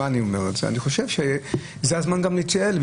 אני חושב שזה הזמן להתייעל.